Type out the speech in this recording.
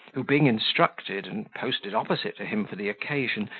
who, being instructed, and posted opposite to him for the occasion,